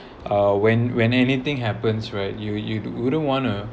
uh when when anything happens right you you wouldn't want to